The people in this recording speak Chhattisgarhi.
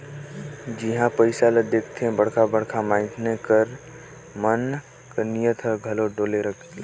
जिहां पइसा ल देखथे बड़खा बड़खा मइनसे मन कर नीयत हर घलो डोले लगथे